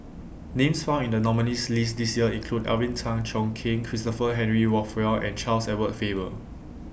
Names found in The nominees' list This Year include Alvin Tan Cheong Kheng Christopher Henry Rothwell and Charles Edward Faber